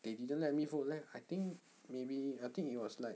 they didn't let me vote leh I think maybe I think it was like